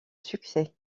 succès